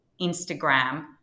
Instagram